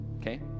okay